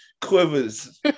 quivers